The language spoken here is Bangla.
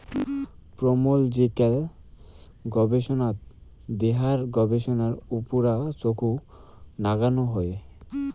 পোমোলজিক্যাল গবেষনাত দেহার গবেষণার উপুরা চখু নাগানো হই